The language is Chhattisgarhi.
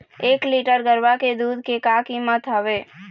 एक लीटर गरवा के दूध के का कीमत हवए?